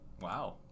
Wow